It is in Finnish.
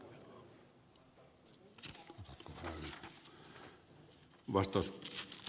herra puhemies